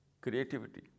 Creativity